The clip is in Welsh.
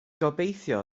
gobeithio